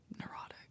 neurotic